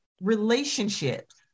relationships